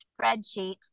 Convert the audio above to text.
spreadsheet